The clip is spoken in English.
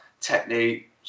technique